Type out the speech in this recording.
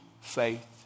faith